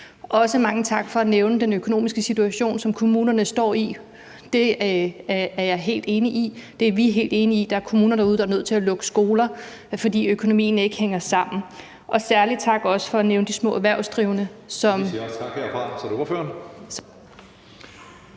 Også mange tak for at nævne den økonomiske situation, som kommunerne står i. Der er jeg og vi helt enige. Der er kommuner derude, der er nødt til at lukke skoler, fordi økonomien ikke hænger sammen. Særlig tak også for at nævne de små erhvervsdrivende.